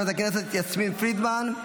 חברת הכנסת יסמין פרידמן,